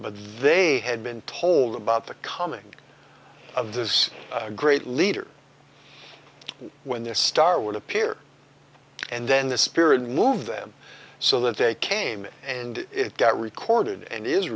but they had been told about the coming of this great leader when their star would appear and then the spirit moved them so that they came and it got recorded and is